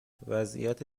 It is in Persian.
وضعیت